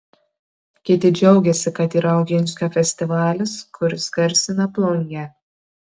kiti džiaugiasi kad yra oginskio festivalis kuris garsina plungę